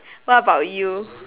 what about you